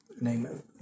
name